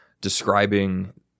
describing